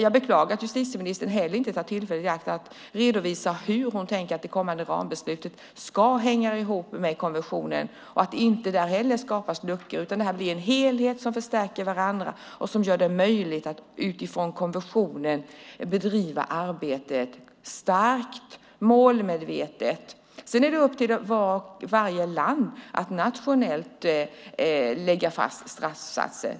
Jag beklagar att justitieministern inte heller tar tillfället i akt att redovisa hur hon tänker att det kommande rambeslutet ska hänga ihop med konventionen, så att det inte heller där skapas luckor utan att detta blir en helhet så att dessa saker förstärker varandra och gör det möjligt att utifrån konventionen bedriva arbetet starkt och målmedvetet. Sedan är det upp till varje land att nationellt lägga fast straffsatser.